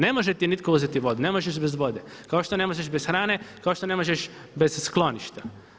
Ne može ti nitko uzeti vodu, ne možeš bez vode, kao što ne možeš bez hrane, kao što ne možeš bez skloništa.